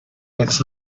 its